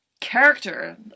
character